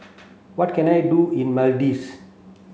what can I do in Maldives